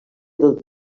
del